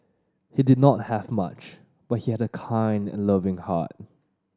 he did not have much but he had a kind and loving heart